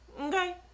Okay